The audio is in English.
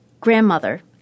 grandmother